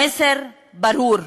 המסר ברור: